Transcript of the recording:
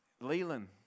Leland